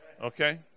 Okay